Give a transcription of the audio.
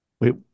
Wait